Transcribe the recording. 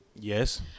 yes